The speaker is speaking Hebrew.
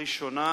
הראשונה